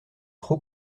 trop